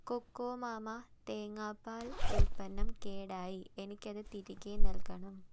cocoa Mama തേങ്ങാപ്പാൽ ഉൽപ്പന്നം കേടായി എനിക്ക് അത് തിരികെ നൽകണം